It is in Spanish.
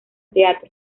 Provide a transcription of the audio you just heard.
teatro